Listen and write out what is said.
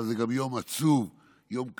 אבל זה גם יום עצוב, יום קשה,